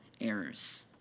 errors